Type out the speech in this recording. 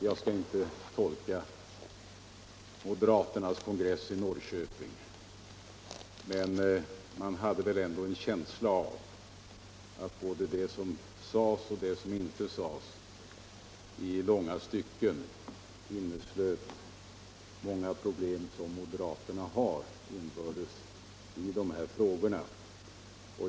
Jag skall inte tolka moderaternas kongress i Norrköping, men man hade väl ändå en känsla av att både det som sades och det som inte sades i långa stycken inneslöt många problem som moderaterna har inbördes i dessa frågor.